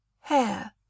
hair